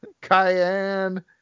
cayenne